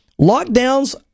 lockdowns